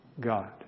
God